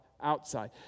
outside